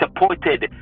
supported